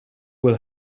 will